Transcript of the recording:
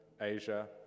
Asia